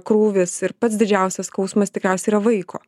krūvis ir pats didžiausias skausmas tikriausiai yra vaiko